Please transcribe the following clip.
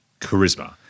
charisma